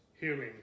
healing